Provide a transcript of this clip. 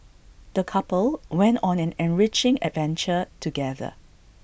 the couple went on an enriching adventure together